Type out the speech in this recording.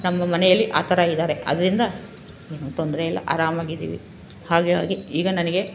ನಮ್ಮ ಮನೆಯಲ್ಲಿ ಆ ಥರ ಇದ್ದಾರೆ ಆದ್ದರಿಂದ ಏನೂ ತೊಂದರೆಯಿಲ್ಲ ಆರಾಮಾಗಿದ್ದೀವಿ ಹಾಗಾಗಿ ಈಗ ನನಗೆ